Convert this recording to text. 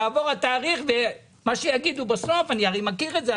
יעבור התאריך ומה שיאמרו בסוף אני הרי מכיר את זה,